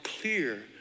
clear